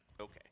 okay